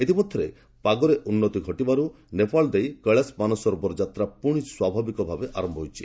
ଇତିମଧ୍ୟରେ ପାଗରେ ଉନ୍ନତି ଘଟିବାରୁ ନେପାଳ ଦେଇ କେଳାସ ମାନସରୋବର ଯାତ୍ରା ପୁଣି ସ୍ୱାଭାବିକ ଭାବେ ଆରମ୍ଭ ହୋଇଛି